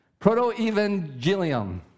Protoevangelium